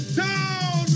town